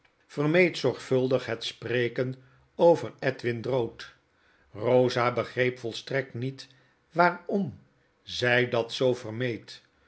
vermeed zorgvuldig het spreken over edwin drood rosa begreep volstrekt niet waarom zij dat zoo vermeed